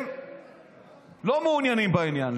לא מעוניינים בעניין.